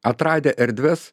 atradę erdves